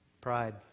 Pride